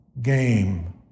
game